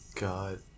God